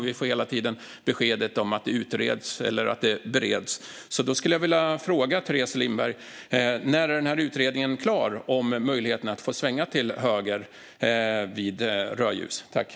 Vi får hela tiden beskedet att det hela utreds eller bereds. Jag vill därför fråga Teres Lindberg när utredningen om att man ska få svänga till höger vid rödljus är klar.